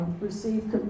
receive